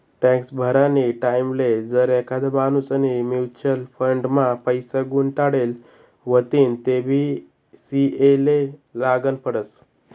tax भरानी टाईमले जर एखादा माणूसनी म्युच्युअल फंड मा पैसा गुताडेल व्हतीन तेबी सी.ए ले सागनं पडस